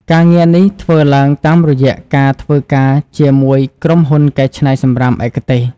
ការងារនេះធ្វើឡើងតាមរយៈការធ្វើការជាមួយក្រុមហ៊ុនកែច្នៃសំរាមឯកទេស។